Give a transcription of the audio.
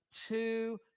two